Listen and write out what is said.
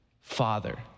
father